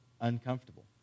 uncomfortable